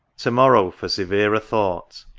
to-morrow for severer thought,